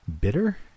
bitter